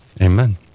Amen